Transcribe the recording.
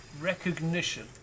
recognition